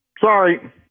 Sorry